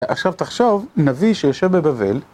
עכשיו תחשוב, נביא שיושב בבבל.